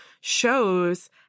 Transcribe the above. shows